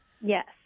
Yes